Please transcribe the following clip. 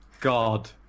god